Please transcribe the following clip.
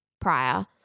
prior